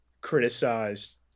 criticized